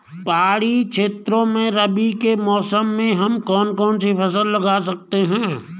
पहाड़ी क्षेत्रों में रबी के मौसम में हम कौन कौन सी फसल लगा सकते हैं?